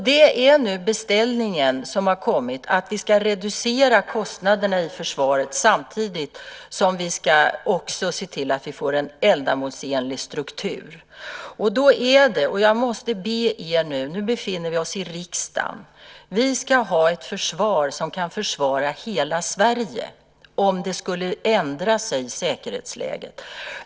Den beställning som nu har kommit är att vi ska reducera kostnaderna i försvaret samtidigt som vi ska se till att få en ändamålsenlig struktur. Nu befinner vi oss i riksdagen. Vi ska ha ett försvar som kan försvara hela Sverige om säkerhetsläget skulle ändras.